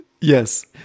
Yes